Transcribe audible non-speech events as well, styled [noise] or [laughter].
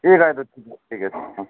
ঠিক আছে [unintelligible] ঠিক আছে হ্যাঁ